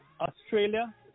Australia